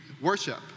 worship